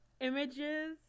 images